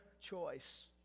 choice